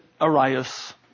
Arias